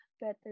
better